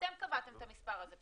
אתם קבעתם את המספר הזה,